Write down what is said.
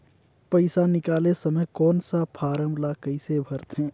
पइसा निकाले समय कौन सा फारम ला कइसे भरते?